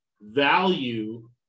value